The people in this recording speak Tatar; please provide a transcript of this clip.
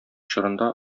чорында